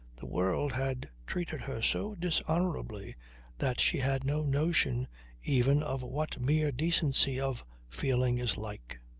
the world had treated her so dishonourably that she had no notion even of what mere decency of feeling is like.